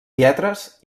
lletres